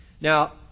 Now